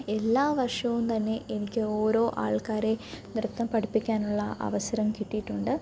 എല്ലാ വർഷവും തന്നെ എനിക്ക് ഓരോ ആൾക്കാരെ നൃത്തം പഠിപ്പിക്കാനുള്ള അവസരം കിട്ടിയിട്ടുണ്ട്